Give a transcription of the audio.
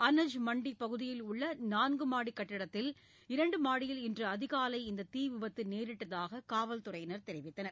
அனஜ் மண்டிப் பகுதியில் உள்ள நான்கு மாடிக் கட்டிடத்தில் இரண்டு மாடியில் இன்று அதிகாலை இந்த தீவிபத்து நேரிட்டதாக காவல்துறையினர் தெரிவித்தனர்